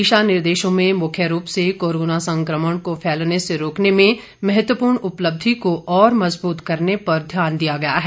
दिशा निर्देशों में मुख्य रूप से कोरोना संक्रमण को फैलने से रोकने में महत्वपूर्ण उपलब्धि को और मजबूत करने पर ध्यान दिया गया है